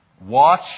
Watch